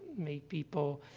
made people,